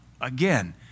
again